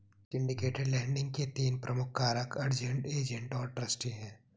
syndicated lending के तीन प्रमुख कारक अरेंज्ड, एजेंट और ट्रस्टी हैं